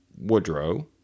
Woodrow